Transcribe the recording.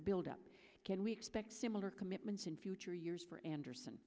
the buildup can we expect similar commitments in future years for anders